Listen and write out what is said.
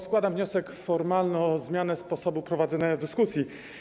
Składam wniosek formalny o zmianę sposobu prowadzenia dyskusji.